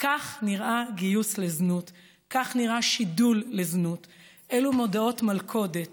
גיוס לזנות תסייע למגר מודעות